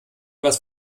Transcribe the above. was